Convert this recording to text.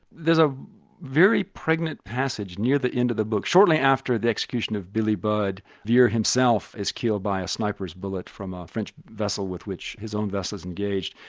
there's a very pregnant passage near the end of the book. shortly after the execution of billy budd, vere himself is killed by a sniper's bullet from a french vessel with which his own vessel's engaged,